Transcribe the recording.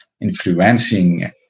influencing